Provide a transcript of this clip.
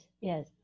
Yes